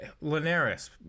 Linares